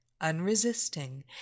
unresisting